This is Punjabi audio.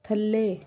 ਥੱਲੇ